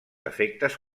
efectes